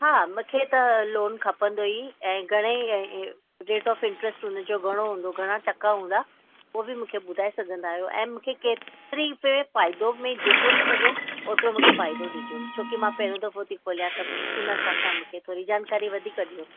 हा मूंखे त लोन खपंदो ई ऐं घणे रेट ऑफ़ इंट्रस्ट हुन जो घणो हूंदो घणा टका हूंदा उहो बि मूंखे ॿुधाए सघंदा आयो ऐं मूंखे केतिरी में फ़ाइदो में जेतिरो थी सघे ओतिरो मूंखे फ़ाइदो ॾिजो छो की मां पहिरों दफ़ो थी खोलियां त हुन हिसाबु सां मूंखे थोरी जानकारी वधीक ॾियो